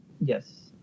Yes